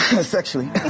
Sexually